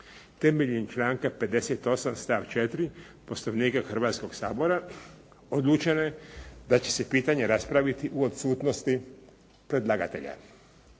Temeljem članka 58. stav 4. Poslovnika Hrvatskog sabora odlučeno je da će se pitanje raspraviti u odsutnosti predlagatelja.